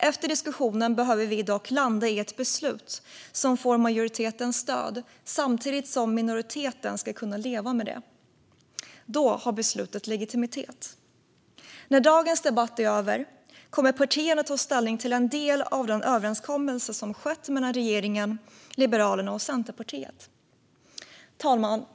Efter diskussionen behöver vi dock landa i ett beslut som får majoritetens stöd, samtidigt som minoriteten ska kunna leva med det. Då har beslutet legitimitet. När dagens debatt är över kommer partierna att ta ställning till en del av den överenskommelse som skett mellan regeringen, Liberalerna och Centerpartiet. Fru talman!